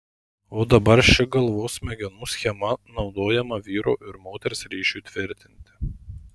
o dabar ši galvos smegenų schema naudojama vyro ir moters ryšiui tvirtinti